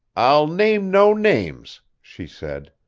i'll name no names, she said.